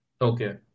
Okay